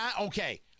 Okay